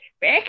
back